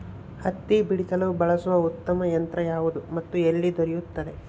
ಹತ್ತಿ ಬಿಡಿಸಲು ಬಳಸುವ ಉತ್ತಮ ಯಂತ್ರ ಯಾವುದು ಮತ್ತು ಎಲ್ಲಿ ದೊರೆಯುತ್ತದೆ?